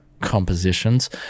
compositions